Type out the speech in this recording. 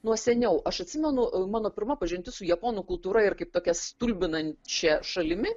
nuo seniau aš atsimenu mano pirma pažintis su japonų kultūra ir kaip tokia stulbinančia šalimi